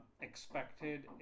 expected